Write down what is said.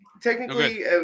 Technically